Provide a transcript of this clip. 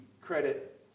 credit